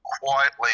quietly